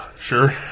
Sure